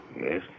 Yes